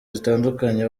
zitandukanye